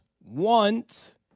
want